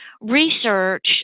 research